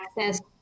access